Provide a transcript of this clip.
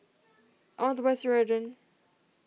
I want to buy Ceradan